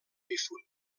difunt